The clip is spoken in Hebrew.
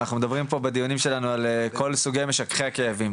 אנחנו מדברים פה בדיונים שלנו על כל סוגי משככי הכאבים,